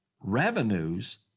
Revenues